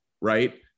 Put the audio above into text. right